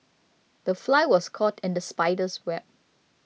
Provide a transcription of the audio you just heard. the fly was caught in the spider's web